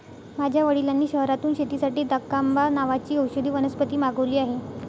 माझ्या वडिलांनी शहरातून शेतीसाठी दकांबा नावाची औषधी वनस्पती मागवली आहे